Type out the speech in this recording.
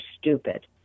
stupid